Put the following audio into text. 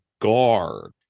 Guard